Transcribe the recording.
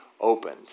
opened